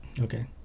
Okay